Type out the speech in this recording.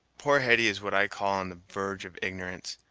poor hetty is what i call on the verge of ignorance,